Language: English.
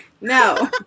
No